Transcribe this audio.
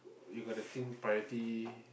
you got to think priority